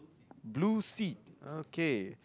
blue seat okay